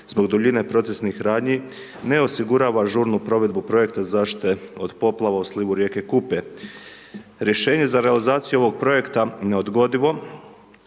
zbog duljine procesnih radnji ne osigurava žurnu provedbu projekta zaštite od poplava u slivu rijeke Kupe. Rješenje za realizaciju ovog projekta, neodgodivo,